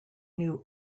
new